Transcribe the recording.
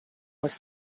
was